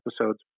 episodes